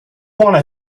wanna